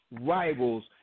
rivals